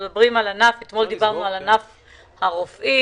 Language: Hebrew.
אתמול דברנו על ענף הרופאים,